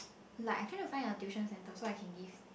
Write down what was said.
like I try to find a tuition centre so I can give